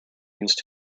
used